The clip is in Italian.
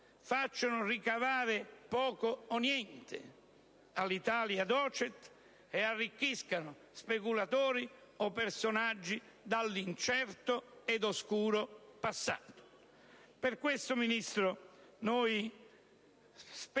facciano ricavare poco o niente (Alitalia *docet*) e arricchiscano speculatori o personaggi dall'incerto ed oscuro passato. Per questo, Ministro, noi speravamo